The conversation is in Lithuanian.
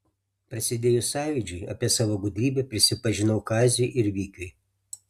prasidėjus sąjūdžiui apie savo gudrybę prisipažinau kaziui ir vikiui